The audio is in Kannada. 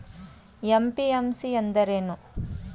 ಎಂ.ಪಿ.ಎಂ.ಸಿ ಎಂದರೇನು?